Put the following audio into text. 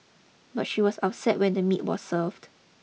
but she was upset when the meat were served